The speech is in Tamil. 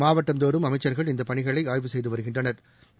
மாவட்டந்தோறும் அமைச்சா்கள் இந்தபணிகளைஆய்வு செய்துவருகின்றனா்